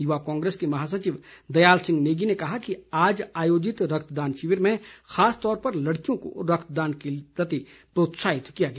युवा कांग्रेस के महासचिव दयाल सिंह नेगी ने कहा कि आज आयोजित रक्तदान शिविर में खासतौर पर लड़कियों को रक्तदान के लिए प्रोत्साहित किया गया